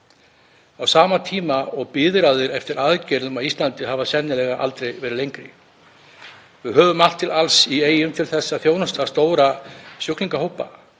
á sama tíma og biðraðir eftir aðgerðum á Íslandi hafa sennilega aldrei verið lengri. Við höfum allt til alls í Eyjum til þess að þjónusta stóra sjúklingahópa